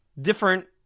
different